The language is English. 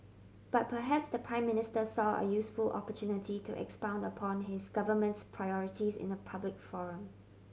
but perhaps the Prime Minister saw a useful opportunity to expound upon his government's priorities in a public forum